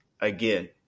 Again